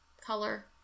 color